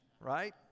right